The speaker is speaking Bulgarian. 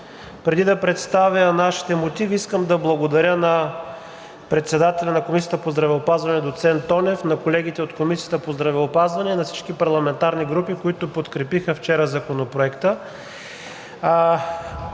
Преди да представя нашите мотиви, искам да благодаря на председателя на Комисията по здравеопазване доцент Тонев, на колегите от Комисията по здравеопазване, на всички парламентарни групи, които подкрепиха вчера Законопроекта.